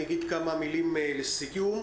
אגיד כמה מילים לסיכום.